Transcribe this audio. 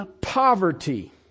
poverty